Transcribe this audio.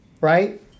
right